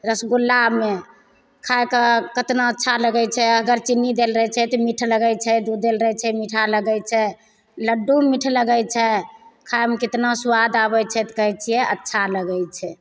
रसगुल्लामे खाएके केतना अच्छा लगैत छै अगर चीन्नी देल रहैत छै तऽ मीठ लगैत छै दूध देल रहैत छै मीठा लगैत छै लड्डू मीठ लगैत छै खाएमे कितना स्वाद आबैत छै तऽ कहैत छियै अच्छा लगैत छै